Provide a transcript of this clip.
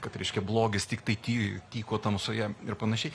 kad reiškia blogis tiktai ty tyko tamsoje ir panašiai